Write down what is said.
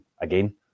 again